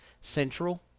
Central